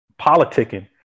politicking